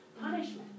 punishment